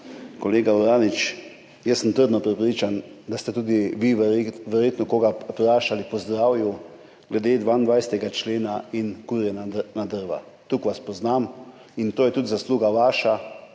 Kolega Uranič, jaz sem trdno prepričan, da ste tudi vi verjetno koga vprašali po zdravju glede 22. člena in kurjenja na drva. Toliko vas poznam in to je tudi vaša